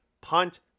punt